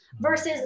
versus